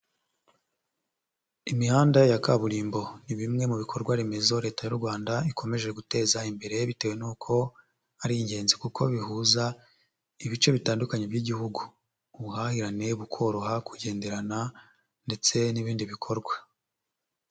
Imihanda ya kaburimbo ni bimwe mu bikorwa remezo Leta y'u Rwanda ikomeje guteza imbere bitewe n'uko ari ingenzi kuko bihuza ibice bitandukanye by'igihugu. Ubuhahirane bukoroha, kugenderana ndetse n'ibindi bikorwa.